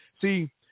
See